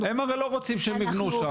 אנחנו אוכפים --- הם הרי לא רוצים שהם ייבנו שם